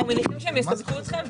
אנחנו מניחים שהם יספקו אתכם,